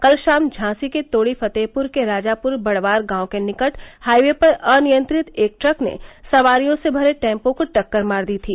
कल ाम झांसी के तोड़ी फतेहपुर के राजापुर बडवार गांव के निकट हाई वे पर अनियंत्रित एक ट्रक ने सवारियों से भरे टेम्पो को टक्कर मार दी थी